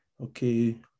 okay